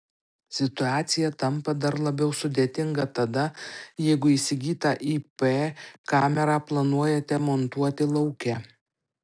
situacija tampa dar labiau sudėtinga tada jeigu įsigytą ip kamerą planuojate montuoti lauke